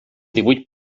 divuit